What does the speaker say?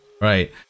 right